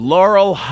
Laurel